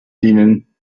dienen